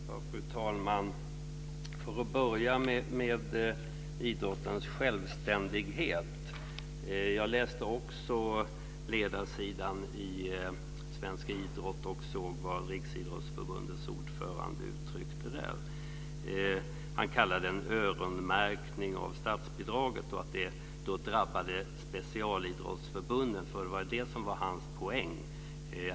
Fru talman! Jag börjar med frågan om idrottens självständighet. Jag läste också ledarsidan i Svensk Idrott och såg vad Riksidrottsförbundets ordförande uttryckte där. Han kallade det en öronmärkning av statsbidraget och sade att det drabbade specialidrottsförbunden. Det var det som var hans poäng.